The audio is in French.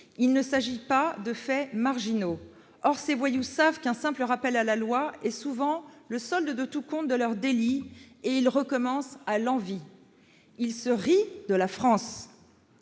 Il ne s'agit pas de faits marginaux. Mais ces voyous savent qu'un simple rappel à la loi est souvent le solde de tout compte de leurs délits, et ils recommencent à l'envi. Ils se rient de la France